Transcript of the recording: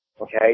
okay